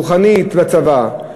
רוחנית בצבא,